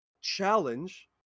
challenge